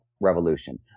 Revolution